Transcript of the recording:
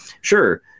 sure